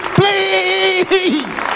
please